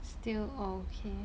still ok